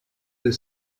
the